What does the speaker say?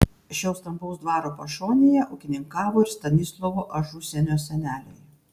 šio stambaus dvaro pašonėje ūkininkavo ir stanislovo ažusienio seneliai